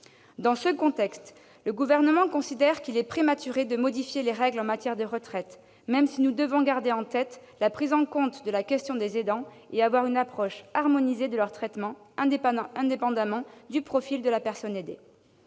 Dans ce contexte, le Gouvernement considère qu'il est prématuré de modifier les règles en matière de retraites, même si nous devons garder en tête la prise en compte de la question des aidants et adopter une approche harmonisée de leur traitement, indépendamment du profil de la personne aidée.